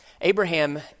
Abraham